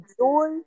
joy